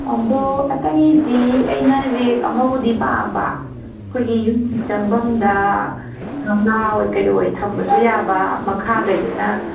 ꯑꯗꯣ ꯑꯇꯩꯗꯤ ꯑꯩꯅ ꯔꯦꯛ ꯑꯃꯕꯨꯗꯤ ꯄꯥꯝꯕ ꯑꯩꯈꯣꯏꯒꯤ ꯌꯨꯝ ꯆꯪꯕꯝꯗ ꯒꯝꯂꯥꯑꯣꯏ ꯀꯔꯤꯑꯣꯏ ꯊꯝꯕꯁꯨ ꯌꯥꯕ ꯃꯈꯥꯒꯩꯗꯨꯅ